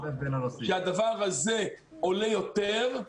שהדבר הזה עולה יותר,